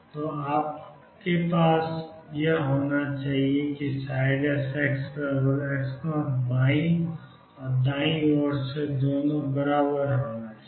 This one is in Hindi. तो आपके पास होना चाहिए xx0 बाईं ओर से xx0 दाईं ओर से आने के बराबर है